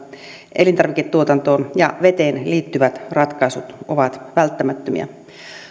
elintarviketuotantoon ja veteen liittyvät ratkaisut ovat välttämättömiä